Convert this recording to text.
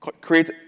create